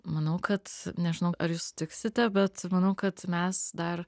manau kad nežinau ar jūs sutiksite bet manau kad mes dar